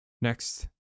Next